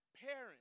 parents